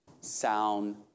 sound